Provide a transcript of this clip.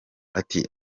ati